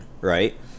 right